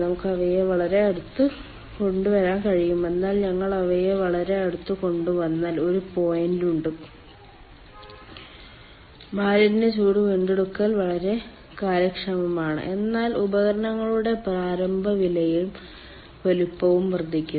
നമുക്ക് അവയെ വളരെ അടുത്ത് കൊണ്ടുവരാൻ കഴിയും എന്നാൽ ഞങ്ങൾ അവയെ വളരെ അടുത്ത് കൊണ്ടുവന്നാൽ 1 പോയിന്റ് ഉണ്ട് മാലിന്യ ചൂട് വീണ്ടെടുക്കൽ വളരെ കാര്യക്ഷമമാണ് എന്നാൽ ഉപകരണങ്ങളുടെ പ്രാരംഭ വിലയും വലുപ്പവും വർദ്ധിക്കുന്നു